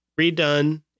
redone